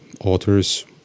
authors